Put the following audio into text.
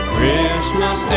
Christmas